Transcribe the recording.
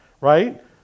right